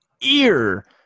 ear